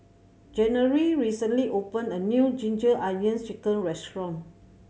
January recently opened a new Ginger Onions Chicken restaurant